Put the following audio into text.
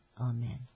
amen